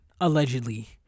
allegedly